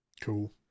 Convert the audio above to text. Cool